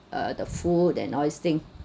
uh the food and all this thing